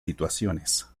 situaciones